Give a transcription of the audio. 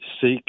seek